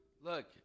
Look